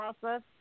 process